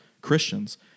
Christians